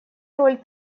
роль